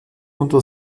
unter